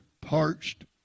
parched